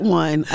one